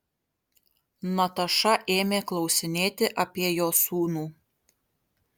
nataša ėmė klausinėti apie jo sūnų